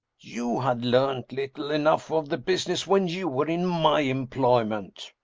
you had learned little enough of the business when you were in my employment.